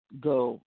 go